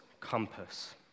compass